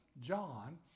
John